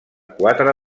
quatre